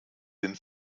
den